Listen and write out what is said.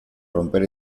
romper